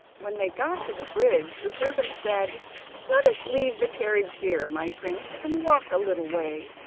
when they got to the bridge the servant said let us leave the carriage here, my prince, and walk a little way.